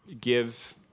give